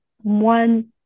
one